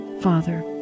Father